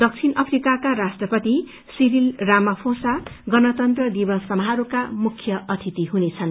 दक्षिण अफ्रिकाका राष्ट्रपति सिरिल रामाफ्रेसा गणतन्त्र दिवस समोहका मुख्य अतिथि हुनेछन्